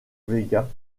vega